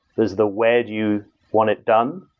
there's the where do you want it done?